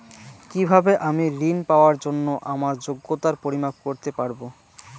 কিভাবে আমি ঋন পাওয়ার জন্য আমার যোগ্যতার পরিমাপ করতে পারব?